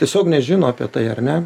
tiesiog nežino apie tai ar ne